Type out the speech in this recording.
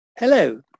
Hello